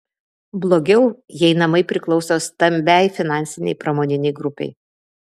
blogiau jei namai priklauso stambiai finansinei pramoninei grupei